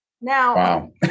now